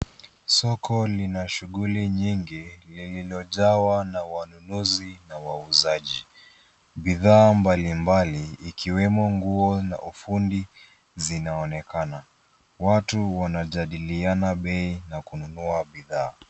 Soko linashughuli nyingi lililojawa na wanunuzi na wauzaji. Bidhaa mbalimbali zikiwemo nguo na ufundi zinaonekana. Watu wanajadiliana bei na kununua bidhaa.